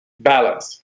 balance